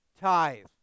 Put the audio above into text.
tithe